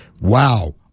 Wow